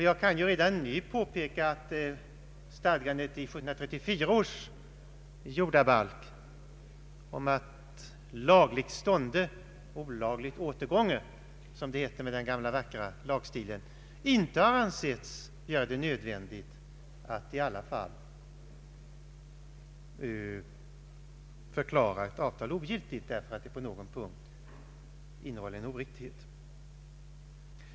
Jag kan redan nu påpeka att stadgandet i 1734 års jordabalk om att ”lagligt stånde, olagligt återgånge” som det hette med den gamla vackra lagstilen inte har ansetts göra det nödvändigt att alltid förklara ett avtal ogiltigt för att det på någon punkt innehåller en oriktighet.